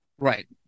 right